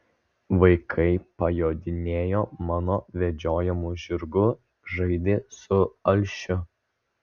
vaikai pajodinėjo mano vedžiojamu žirgu žaidė su alšiu